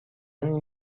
این